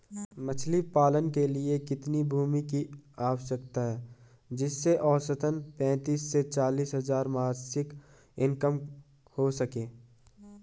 मछली पालन के लिए कितनी भूमि की आवश्यकता है जिससे औसतन पैंतीस से चालीस हज़ार मासिक इनकम हो सके?